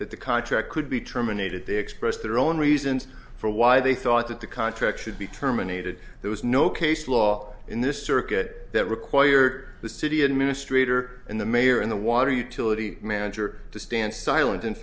that the contract could be terminated they express their own reasons for why they thought that the contract should be terminated there was no case law in this circuit that required the city administrator and the mayor in the water utility manager to stand silent in